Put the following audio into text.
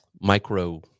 micro